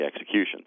execution